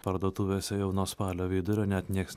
parduotuvėse jau nuo spalio vidurio net nieks